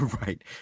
right